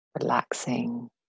relaxing